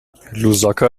lusaka